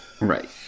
Right